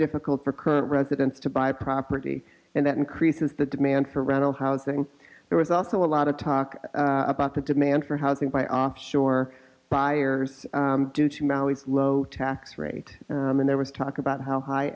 difficult for current residents to buy property and that increases the demand for rental housing there was also a lot of talk about the demand for housing by offshore buyers due to rallies low tax rate and there was talk about how high